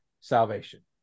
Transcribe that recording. salvation